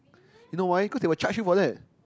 you know why cause they will charge you for that